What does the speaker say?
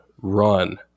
run